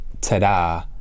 ta-da